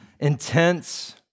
intense